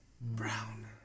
brown